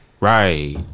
Right